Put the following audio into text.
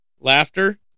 Laughter